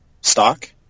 stock